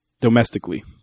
domestically